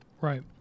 Right